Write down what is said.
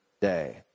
day